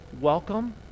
Welcome